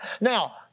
Now